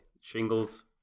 Shingles